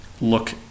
look